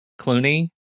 Clooney